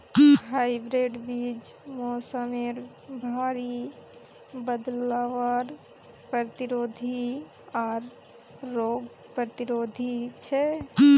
hybrid बीज मोसमेर भरी बदलावर प्रतिरोधी आर रोग प्रतिरोधी छे